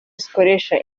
zikoresha